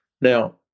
Now